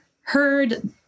heard